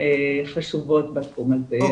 חשובות בתחום הזה.